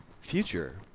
future